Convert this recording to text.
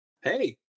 hey